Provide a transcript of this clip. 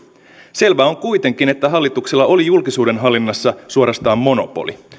selvää on kuitenkin että hallituksella oli julkisuudenhallinnassa suorastaan monopoli